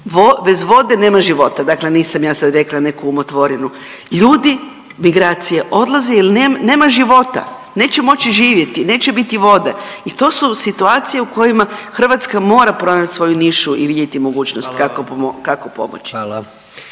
Bez vode nema života. Dakle, nisam ja sada rekla neku umotvorinu. Ljudi, migracije, odlaze jer nema života, neće moći živjeti, neće biti vode i to su situacije u kojima Hrvatska mora pronaći svoju nišu i vidjeti mogućnost kako pomoći.